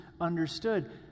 understood